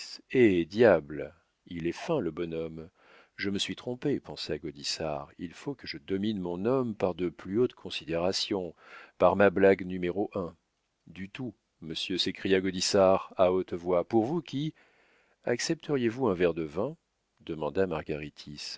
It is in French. eh diable il est fin le bonhomme je me suis trompé pensa gaudissart il faut que je domine mon homme par de plus hautes considérations par ma blague du tout monsieur s'écria gaudissart à haute voix pour vous qui accepteriez vous un verre de vin demanda